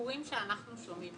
הסיפורים שאנחנו שומעים